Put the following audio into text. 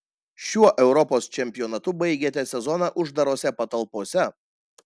šiuo europos čempionatu baigėte sezoną uždarose patalpose